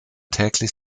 täglich